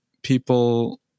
people